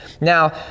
Now